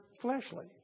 fleshly